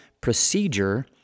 procedure